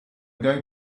going